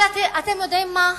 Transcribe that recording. אבל אתם יודעים מה?